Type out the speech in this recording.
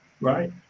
Right